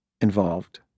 involved